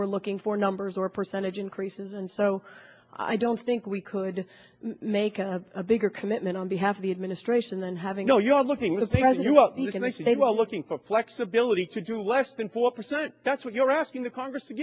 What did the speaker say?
were looking for numbers or percentage increases and so i don't think we could make a bigger commitment on behalf of the administration than having no you are looking the same as you well look and i say well looking for flexibility to do less than four percent that's what you're asking the congress to